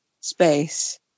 space